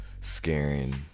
Scaring